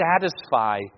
satisfy